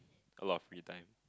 a lot of free time